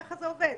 ככה זה עובד.